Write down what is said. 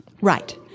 Right